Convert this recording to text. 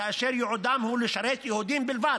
כאשר ייעודם הוא לשרת יהודים בלבד.